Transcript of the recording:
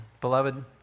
Beloved